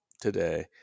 today